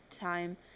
time